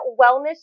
wellness